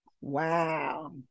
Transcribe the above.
Wow